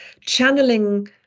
channeling